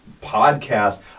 podcast